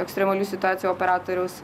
ekstremalių situacijų operatoriaus